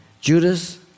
Judas